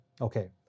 Okay